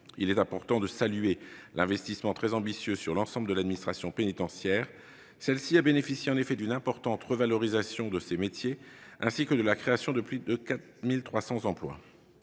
Il est important de saluer un investissement très ambitieux pour l'ensemble de l'administration pénitentiaire. Cette dernière a bénéficié d'une importante revalorisation de ses métiers, ainsi que de la création de plus de 4 300 emplois.